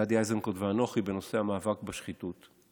גדי איזנקוט ואנוכי בנושא המאבק בשחיתות.